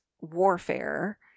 warfare